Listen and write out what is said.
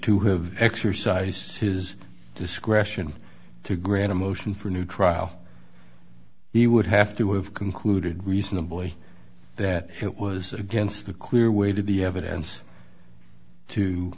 to have exercised his discretion to grant a motion for a new trial he would have to have concluded reasonably that it was against the clear way to the evidence to